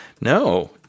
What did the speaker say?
no